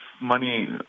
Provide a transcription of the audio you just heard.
money